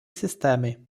systémy